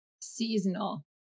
Seasonal